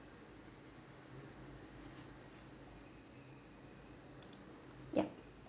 yup